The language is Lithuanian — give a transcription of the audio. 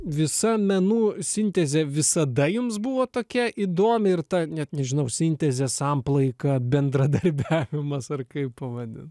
visa menų sintezė visada jums buvo tokia įdomia ir net nežinau sintezė samplaika bendradarbiavimas ar kaip pavadint